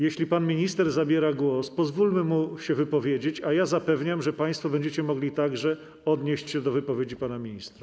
Jeśli pan minister zabiera głos, pozwólmy mu się wypowiedzieć, a ja zapewniam, że państwo będziecie mogli także odnieść się do wypowiedzi pana ministra.